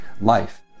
life